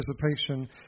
participation